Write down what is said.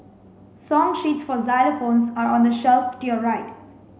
song sheets for xylophones are on the shelf to your right